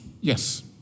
Yes